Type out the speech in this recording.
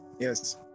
yes